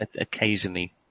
occasionally